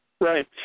Right